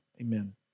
Amen